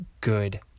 good